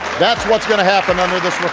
that's what's going to happen under this